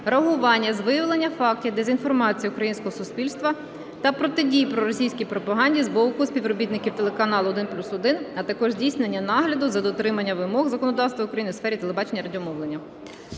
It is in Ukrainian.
реагування з виявлення фактів дезінформації українського суспільства та протидії проросійській пропаганді з боку співробітників телеканалу "1+1", а також здійснення нагляду за дотриманням вимог законодавства України у сфері телебачення і радіомовлення.